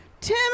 Tim